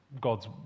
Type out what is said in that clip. God's